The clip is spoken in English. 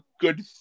good